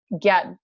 get